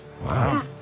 Wow